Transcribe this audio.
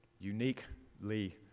Uniquely